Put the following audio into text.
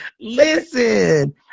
Listen